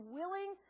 willing